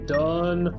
done